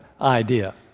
idea